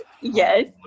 yes